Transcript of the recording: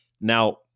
Now